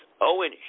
Owen